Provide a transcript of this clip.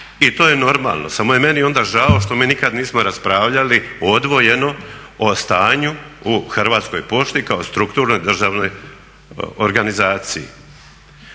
I to je normalno. Samo je meni onda žao što mi nikad nismo raspravljali odvojeno o stanju u Hrvatskoj pošti kao strukturnoj državnoj organizaciji.